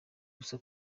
gusa